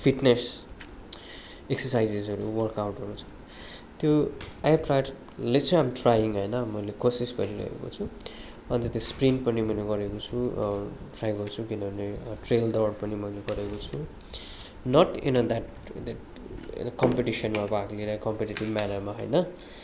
fitness एक्सर्साइजेजहरू वर्कआउटहरू छ त्यो I have tried listen I am trying होइन मैले कोसिस गरिरहेको छु अन्त त्यो स्प्लिन्ट पनि मैले गरेको छु ट्राइ गर्छु किनभने ट्रेल दौड पनि मैले गरेको छु not in a that in a कम्पिटिसनमा अब कम्पिटेटिभ म्यानरमा होइन